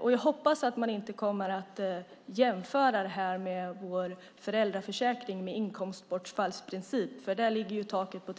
Jag hoppas att man inte kommer att jämföra det här med vår föräldraförsäkring och inkomstbortfallsprincipen. Där ligger taket på